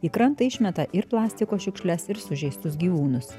į krantą išmeta ir plastiko šiukšles ir sužeistus gyvūnus